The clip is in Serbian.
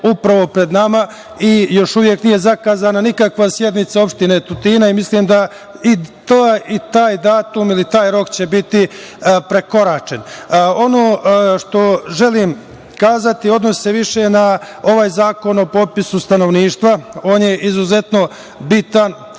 upravo pred nama i još uvek nije zakazana nikakva sednica opštine Tutina i mislim da i taj datum ili taj rok će biti prekoračen. Ono što želim kazati odnosi se više na ovaj Zakon o popisu stanovništva. On je izuzetno bitan,